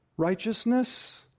righteousness